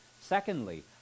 Secondly